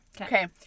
okay